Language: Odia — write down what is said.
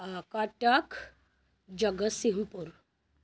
କଟକ ଜଗତସିଂହପୁର